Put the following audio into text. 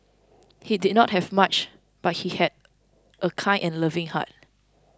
he did not have much but he had a kind and loving heart